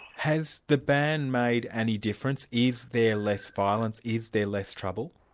has the ban made any difference? is there less violence, is there less trouble?